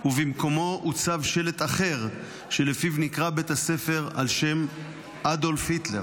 ובמקומו הוצב שלט אחר שלפיו נקרא בית הספר על שם אדולף היטלר.